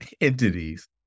entities